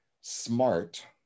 smart